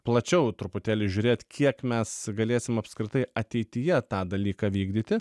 plačiau truputėlį žiūrėt kiek mes galėsim apskritai ateityje tą dalyką vykdyti